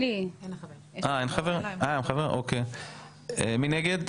4. מי נגד?